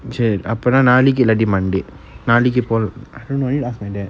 சரி அப்பன்னா நாளைக்கி இல்லாட்டி:sari appanna nalaikki illatti monday நாளைக்கி போல்:nalaikki pol~ I need ask my dad